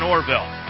Orville